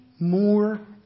more